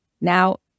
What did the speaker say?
Now